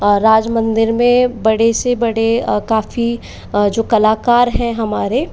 राजमंदिर में बड़े से बड़े काफ़ी जो कलाकार हैं हमारे